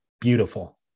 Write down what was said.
beautiful